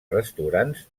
restaurants